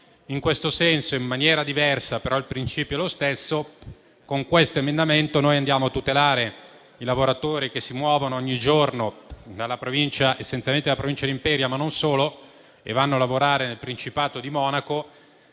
In questo senso - in maniera diversa, però il principio è lo stesso - con l'emendamento in esame andiamo a tutelare i lavoratori che si muovono ogni giorno essenzialmente dalla Provincia di Imperia, ma non solo, per andare a lavorare nel Principato di Monaco,